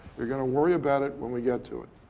you're going to worry about it when we get to it.